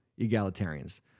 egalitarians